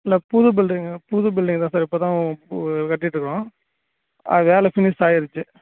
இல்லை புது பில்டிங் புது பில்டிங் தான் சார் இப்போதான் கட்டிகிட்டு இருக்கோம் ஆ வேலை ஃபினிஷ் ஆயிடிச்சி